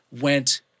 went